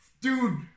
Dude